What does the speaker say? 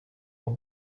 will